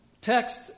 text